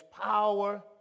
power